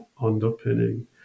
underpinning